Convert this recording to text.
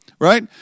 right